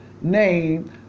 name